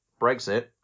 brexit